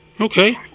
Okay